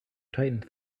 tightened